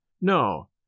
No